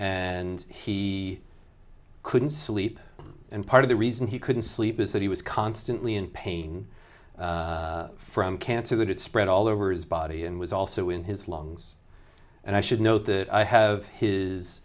and he couldn't sleep and part of the reason he couldn't sleep is that he was constantly in pain from cancer that had spread all over his body and was also in his lungs and i should note that i have his